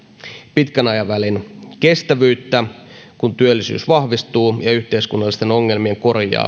pitkän aikavälin kestävyyttä kun työllisyys vahvistuu ja yhteiskunnallisten ongelmien